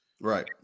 Right